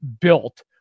built